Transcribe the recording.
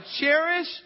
cherish